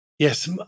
Yes